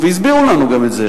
והסבירו לנו גם את זה.